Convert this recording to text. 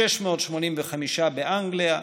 685 באנגליה,